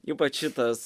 ypač šitas